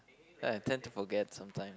I tend to forget sometimes